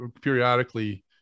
periodically